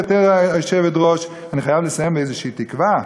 גברתי היושבת-ראש, אני חייב לסיים באיזושהי תקווה.